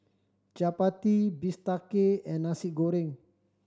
chappati bistake and Nasi Goreng